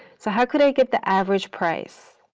so how could i get the average price?